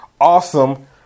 awesome